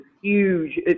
huge